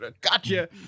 Gotcha